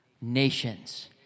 Nations